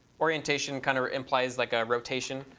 orientation kind of implies like a rotation,